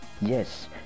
Yes